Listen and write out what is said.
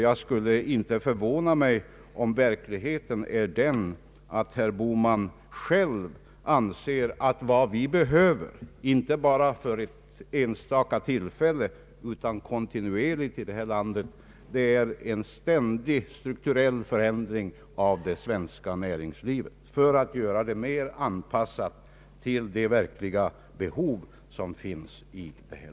Jag skulle inte förvåna mig om verkligheten vore den, att herr Bohman själv anser att vad vi behöver i detta land inte bara för ett enstaka tillfälle utan kontinuerligt är en ständig strukturell förändring av det svenska näringslivet för att göra det mera anpassat till de verkliga behov som finns.